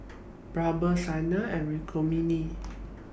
Birbal Sanal and Rukmini